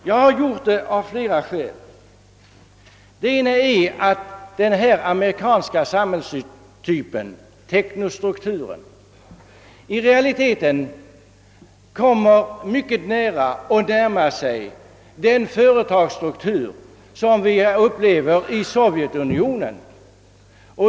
Jag har gjort det av flera skäl. Det ena är att den här amerikanska samhällstypen, teknostrukturen, i realiteten mycket liknar den företagsstruktur som finns i Sovjetunionen.